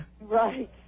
Right